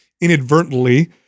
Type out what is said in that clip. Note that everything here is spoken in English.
inadvertently